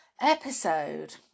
episode